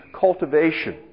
cultivation